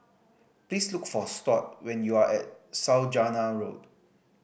please look for Stuart when you are at Saujana Road